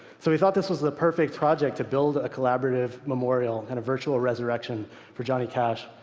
so we thought this was the perfect project to build a collaborative memorial and a virtual resurrection for johnny cash.